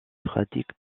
pratique